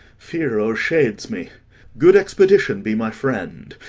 fear o'ershades me good expedition be my friend,